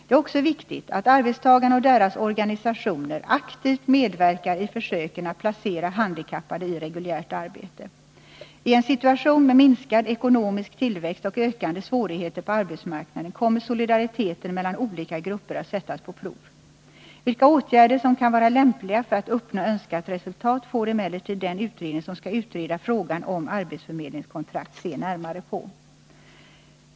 Det är också viktigt att arbetstagarna och deras organisationer aktivt medverkar i försöken att placera handikappade i reguljärt arbete. I en situation med minskad ekonomisk tillväxt och ökande svårigheter på arbetsmarknaden kommer solidariteten mellan olika grupper att sättas på prov. Vilka åtgärder som kan vara lämpliga för att uppnå önskat resultat får emellertid den utredning som skall utreda frågan om arbetsförmedlingskontrakt se närmare på.